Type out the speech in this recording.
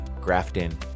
Grafton